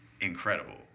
incredible